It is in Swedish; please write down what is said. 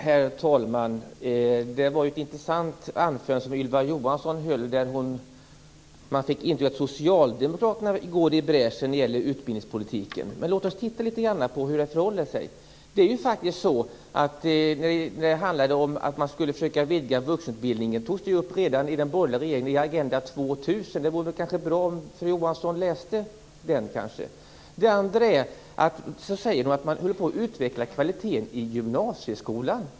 Herr talman! Det var ett intressant anförande Ylva Johansson höll där man fick intrycket att Socialdemokraterna går i bräschen när det gäller utbildningspolitiken. Men låt oss titta litet grand på hur det förhåller sig. Det är ju faktiskt så att det här med att man skulle försöka vidga vuxenutbildningen togs upp redan av den borgerliga regeringen i Agenda 2000. Det vore kanske bra om fru Johansson läste den. En annan sak som statsrådet säger är att man håller på att utveckla kvaliteten i gymnasieskolan.